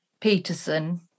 Peterson